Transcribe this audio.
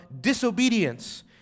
disobedience